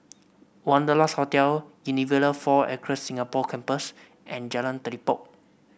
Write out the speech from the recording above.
Wanderlust Hotel Unilever Four Acres Singapore Campus and Jalan Telipok